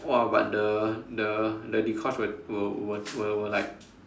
!wah! but the the the Dee-Kosh will will will will like